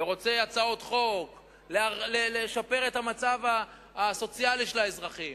ורוצה הצעות חוק לשפר את המצב הסוציאלי של האזרחים,